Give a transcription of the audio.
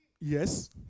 Yes